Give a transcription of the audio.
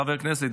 חבר הכנסת,